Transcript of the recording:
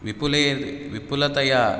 विपुले विपुलतया